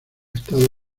estados